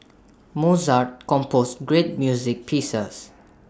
Mozart composed great music pieces